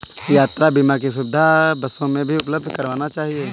यात्रा बीमा की सुविधा बसों भी उपलब्ध करवाना चहिये